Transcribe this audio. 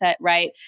right